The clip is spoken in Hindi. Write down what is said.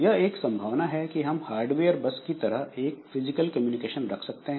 यह एक संभावना है कि हम हार्डवेयर बस की तरह एक फिजिकल कम्युनिकेशन रख सकते हैं